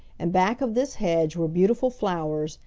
and back of this hedge were beautiful flowers,